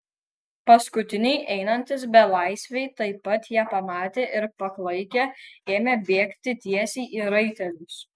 paskutiniai einantys belaisviai taip pat ją pamatė ir paklaikę ėmė bėgti tiesiai į raitelius